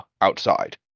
outside